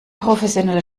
professionelle